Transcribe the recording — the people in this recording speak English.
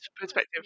perspective